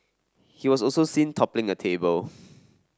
he was also seen toppling a table